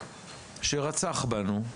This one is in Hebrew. שרצח בנו,